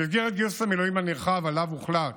במסגרת גיוס המילואים הנרחב שעליו הוחלט